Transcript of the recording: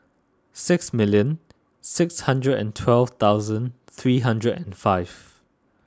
six million six hundred and twelve thousand three hundred and five